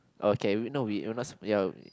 okay no we we are not sp~ ya we